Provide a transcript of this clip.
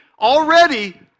already